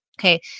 Okay